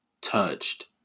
touched